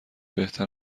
بهتر